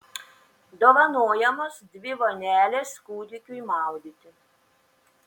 dovanojamos dvi vonelės kūdikiui maudyti